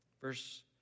verse